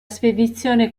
spedizione